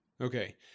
Okay